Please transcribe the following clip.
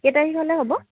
কেই তাৰিখলৈ হ'ব